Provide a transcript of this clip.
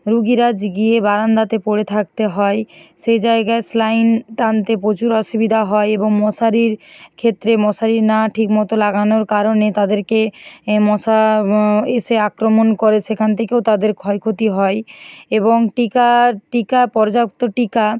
রুগীরা গিয়ে বারান্দাতে পড়ে থাকতে হয় সেই জায়গায় স্যালাইন টানতে প্রচুর অসুবিধা হয় এবং মশারির ক্ষেত্রে মশারি না ঠিক মতো লাগানোর কারণে তাদেরকে এ মশা এসে আক্রমণ করে সেখান থেকেও তাদের ক্ষয়ক্ষতি হয় এবং টিকা টিকা পর্যাপ্ত টিকা